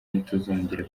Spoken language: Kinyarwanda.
ntituzongera